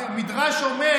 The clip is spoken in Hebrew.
המדרש אומר: